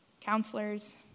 counselors